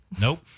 Nope